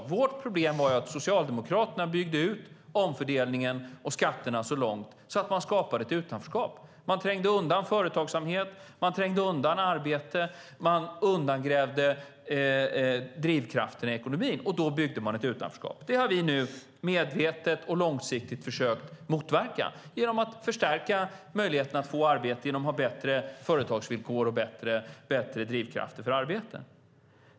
Vårt problem var att Socialdemokraterna byggde ut omfördelningen och skatterna så långt att man skapade ett utanförskap. Man trängde undan företagsamhet. Man trängde undan arbete. Man undergrävde drivkraften i ekonomin. Då byggde man ett utanförskap. Det har vi nu medvetet och långsiktigt försökt motverka genom att förstärka möjligheterna att få arbete och genom att ha bättre företagsvillkor och bättre drivkrafter för arbete.